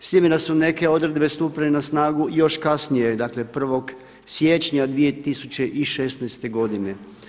S time da su neke odredbe stupile na snagu i još kasnije dakle 1. siječnja 2016. godine.